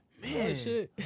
Man